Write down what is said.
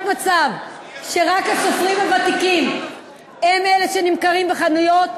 ולא יכול להיות מצב שרק הסופרים הוותיקים הם אלה שנמכרים בחנויות,